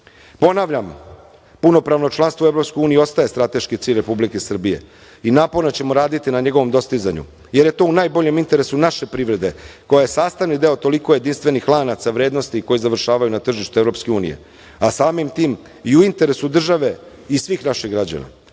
poniženja. Ponavljam, punopravno članstvo u EU ostaje strateški cilj Republike Srbije i naporno ćemo raditi na njegovom dostizanju, jer je to u najboljem interesu naše privrede koja je sastavni deo toliko jedinstvenih lanaca vrednosti koji završavaju na tržištu EU, a samim tim i u interesu države i svih naših građana.